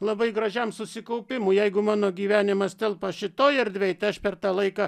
labai gražiam susikaupimui jeigu mano gyvenimas telpa šitoj erdvėj tai aš per tą laiką